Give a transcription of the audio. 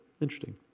Interesting